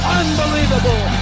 unbelievable